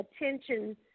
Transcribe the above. attention